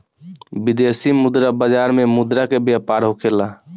विदेशी मुद्रा बाजार में मुद्रा के व्यापार होखेला